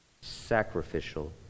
sacrificial